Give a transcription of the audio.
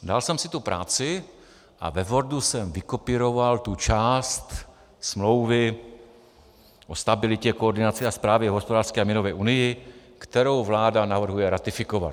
Dal jsem si tu práci a ve Wordu jsem vykopíroval tu část Smlouvy o stabilitě, koordinaci a správě v hospodářské a měnové unii, kterou vláda navrhuje ratifikovat.